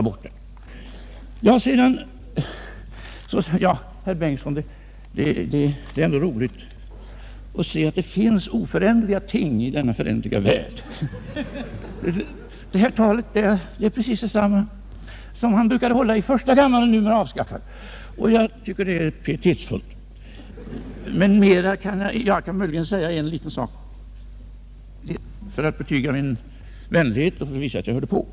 Sedan vill jag säga till herr Bengtson att det verkligen är roligt att det finns oföränderliga ting i denna föränderliga värld. Herr Bengtsons tal nu var precis likadant som han brukade hålla i den numera avskaffade första kammaren. Jag tycker det är pietetsfullt. Mera kan jag emellertid inte säga om det — jo, möjligen en liten sak för att betyga min vänlighet och för att visa att jag verkligen hörde på.